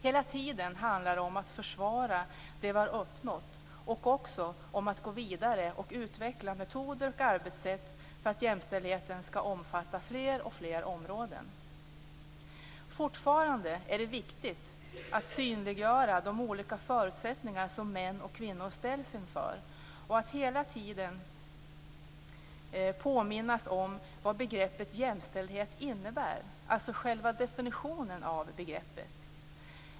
Hela tiden handlar det om att försvara det vi har uppnått och också om att gå vidare och utveckla metoder och arbetssätt för att jämställdheten skall omfatta fler och fler områden. Fortfarande är det viktigt att synliggöra de olika förutsättningar som män och kvinnor ställs inför och att hela tiden påminna sig om vad begreppet jämställdhet innebär, dvs. själva definitionen av begreppet.